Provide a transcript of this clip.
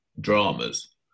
dramas